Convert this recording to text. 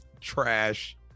trash